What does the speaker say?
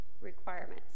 requirements